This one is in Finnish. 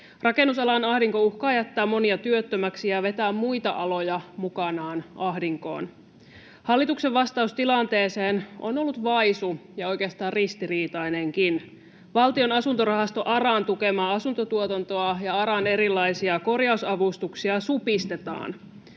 Rakennusalan ahdinko uhkaa jättää monia työttömäksi ja vetää muita aloja mukanaan ahdinkoon. Hallituksen vastaus tilanteeseen on ollut vaisu ja oikeastaan ristiriitainenkin. Valtion asuntorahasto ARAn tukemaa asuntotuotantoa ja ARAn erilaisia korjausavustuksia supistetaan.